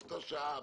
באותה שעה,